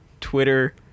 Twitter